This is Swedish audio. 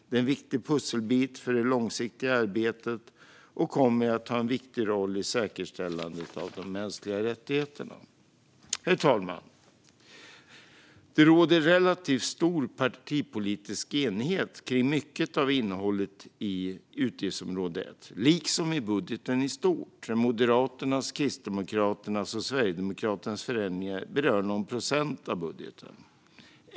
Det är en viktig pusselbit för det långsiktiga arbetet och kommer att ha en viktig roll i säkerställandet av de mänskliga rättigheterna. Herr talman! Det råder relativt stor partipolitisk enighet om mycket av innehållet i utgiftsområde 1 liksom om budgeten i stort. Moderaternas, Kristdemokraternas och Sverigedemokraternas förändringar berör någon procent av budgeten.